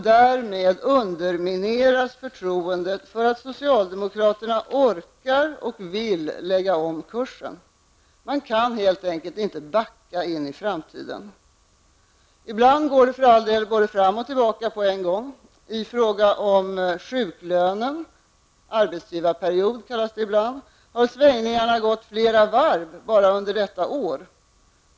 Därmed undermineras förtroendet för att socialdemokraterna orkar och vill lägga om kursen. Man kan helt enkelt inte backa in i framtiden. Ibland går det för all del både fram och tillbaka på en gång. I fråga om sjuklönen, det kallas arbetsgivarperiod ibland, har svängningarna gått flera varv bara under detta år.